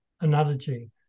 analogy